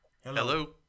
Hello